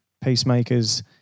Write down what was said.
Peacemakers